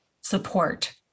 support